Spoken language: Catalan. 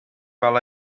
val